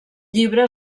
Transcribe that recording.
llibre